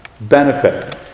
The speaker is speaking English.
benefit